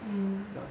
mm